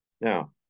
Now